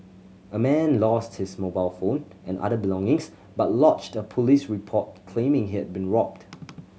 a man lost his mobile phone and other belongings but lodged a police report claiming he'd been robbed